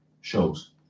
shows